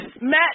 Matt